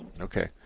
Okay